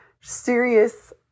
serious